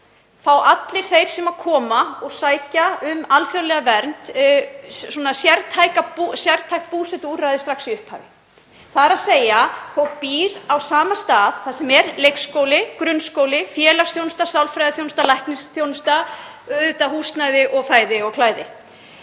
fá allir þeir sem koma og sækja um alþjóðlega vernd sértæk búsetuúrræði strax í upphafi, þ.e. fólk býr á sama stað þar sem er leikskóli, grunnskóli, félagsþjónusta, sálfræðiþjónusta, læknisþjónusta og auðvitað húsnæði, fæði og klæði.